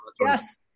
Yes